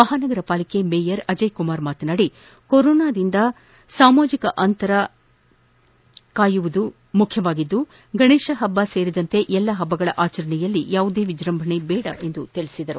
ಮಹಾನಗರಪಾಲಿಕೆ mayor Ajay Kumar ಮಾತನಾಡಿ ಕೊರೊನಾದಿಂದ ಸಾಮಾಜಿಕ ಅಂತರ ಕಾಯುವುದು ಮುಖ್ಯವಾಗಿದ್ದು ಗಣೇಶ ಹಬ್ಬ ಸೇರಿದಂತೆ ಎಲ್ಲ ಹಬ್ಬಗಳ ಆಚರಣೆಯಲ್ಲಿ ಯಾವುದೇ ವಿಜೃಂಭಣೆ ಬೇಡ ಎಂದು ಹೇಳಿದರು